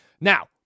Now